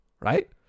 right